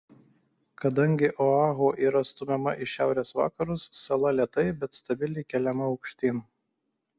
kadangi oahu yra stumiama į šiaurės vakarus sala lėtai bet stabiliai keliama aukštyn